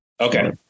Okay